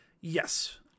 Yes